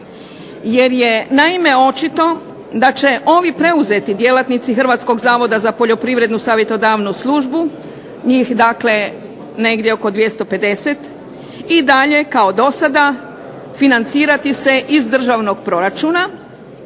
jer je naime očito da će ovi preuzeti djelatnici Hrvatskog zavoda za Poljoprivrednu savjetodavnu službu, njih dakle negdje oko 250 i dalje kao do sada financirati se iz državnog proračuna,